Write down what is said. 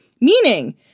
Meaning